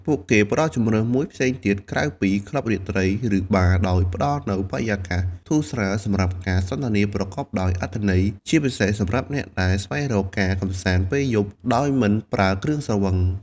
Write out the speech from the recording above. ពួកគេផ្តល់ជម្រើសមួយផ្សេងទៀតក្រៅពីក្លឹបរាត្រី ឬបារ ដោយផ្តល់នូវបរិយាកាសធូរស្រាលសម្រាប់ការសន្ទនាប្រកបដោយអត្ថន័យ ជាពិសេសសម្រាប់អ្នកដែលស្វែងរកការកម្សាន្តពេលយប់ដោយមិនប្រើគ្រឿងស្រវឹង។